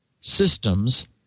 systems